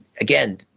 again